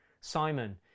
Simon